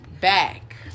back